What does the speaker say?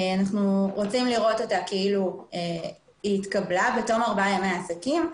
אנחנו רוצים לראות אותה כאילו היא התקבלה בתום ארבעה ימי עסקים.